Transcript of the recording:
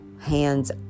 hands